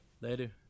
Later